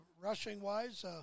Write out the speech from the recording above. Rushing-wise